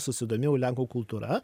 susidomėjau lenkų kultūra